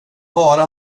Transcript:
vara